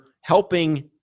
helping